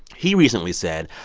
he recently said,